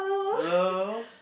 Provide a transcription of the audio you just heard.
hello